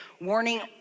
warning